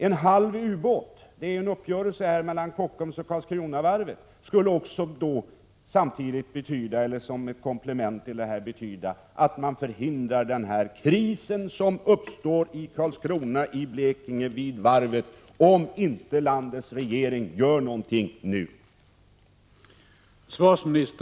En samtidig beställning av en ubåt i samarbete mellan Kockums och Karlskronavarvet skulle innebära att man förhindrar den kris som eljest uppstår vid varvet i Karlskrona och i Blekinge.